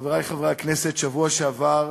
חברי חברי הכנסת, בשבוע שעבר,